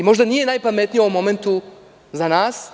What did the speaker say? Možda nije najpametnije u ovom momentu za nas.